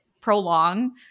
prolong